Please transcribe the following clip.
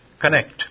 connect